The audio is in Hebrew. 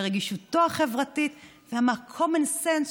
מרגישותו החברתית ומה-common sense,